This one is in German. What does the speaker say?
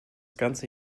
ganze